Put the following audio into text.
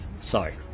sorry